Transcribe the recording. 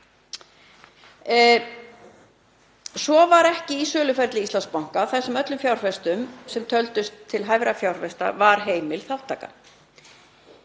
Svo var ekki í söluferli Íslandsbanka þar sem öllum fjárfestum sem töldust til hæfra fjárfesta var heimil þátttaka.“